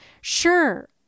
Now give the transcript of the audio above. Sure